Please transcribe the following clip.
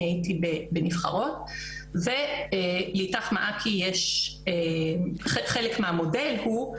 אני הייתי בנבחרות ולאית"ך מעכי יש חלק מהמודל הוא,